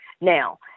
now